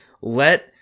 Let